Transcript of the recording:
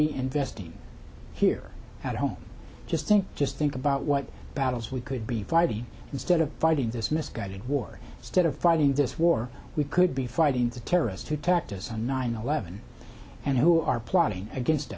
be investing here at home just think just think about what battles we could be flighty instead of fighting this misguided war instead of fighting this war we could be fighting the terrorists who attacked us on nine eleven and who are plotting against